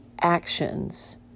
actions